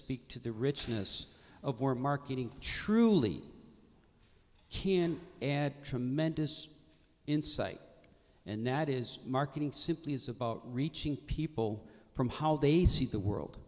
speak to the richness of war marketing truly can add tremendous insight and that is marketing simply is about reaching people from how they see the world